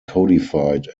codified